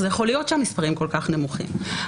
זה יכול להיות שהמספרים כל-כך נמוכים.